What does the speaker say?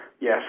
yes